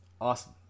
awesome